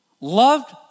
loved